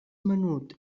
menut